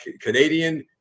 Canadian